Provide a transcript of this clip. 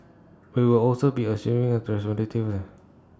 he will also be assuming responsibility for